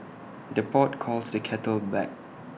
the pot calls the kettle black